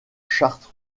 charte